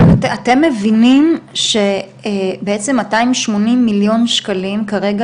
אבל אתם מבינים שבעצם מאתיים שמונים מיליון שקלים כרגע